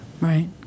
Right